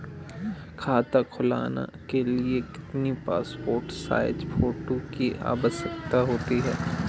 खाता खोलना के लिए कितनी पासपोर्ट साइज फोटो की आवश्यकता होती है?